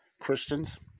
Christians